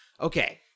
Okay